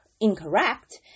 incorrect